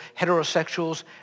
heterosexuals